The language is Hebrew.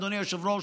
אדוני היושב-ראש,